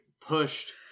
pushed